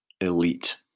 Elite